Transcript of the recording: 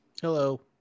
Hello